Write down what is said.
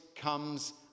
comes